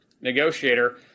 negotiator